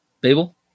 Babel